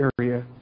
area